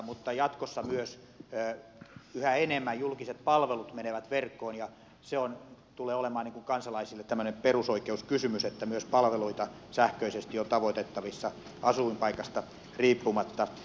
mutta jatkossa myös yhä enemmän julkiset palvelut menevät verkkoon ja se tulee olemaan kansalaisille tämmöinen perusoikeuskysymys että myös palveluita sähköisesti on tavoitettavissa asuinpaikasta riippumatta